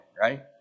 right